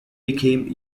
became